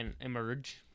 emerge